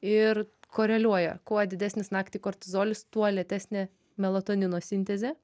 ir koreliuoja kuo didesnis naktį kortizolis tuo lėtesnė melatonino sintezė